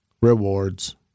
rewards